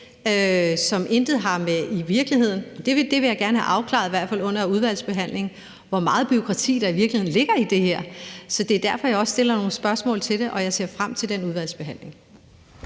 som intet har med virkeligheden at gøre. Det vil jeg i hvert fald gerne have afklaret under udvalgsarbejdet, altså hvor meget bureaukrati der i virkeligheden ligger i det her. Det er derfor, jeg også stiller nogle spørgsmål til det, og jeg ser frem til den udvalgsbehandling.